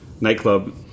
nightclub